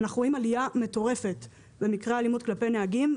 אנחנו רואים עלייה מטורפת במקרי האלימות כלפי נהגים.